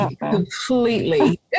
completely